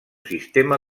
sistema